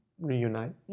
reunite